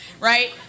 right